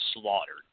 slaughtered